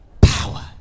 power